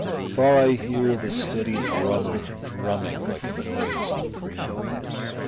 far i hear the steady drummer drumming like a noise in dreams.